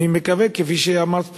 אני מקווה, כפי שאמרת פה,